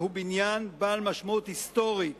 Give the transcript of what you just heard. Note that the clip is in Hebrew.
והוא בניין בעל משמעות היסטורית